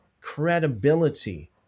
credibility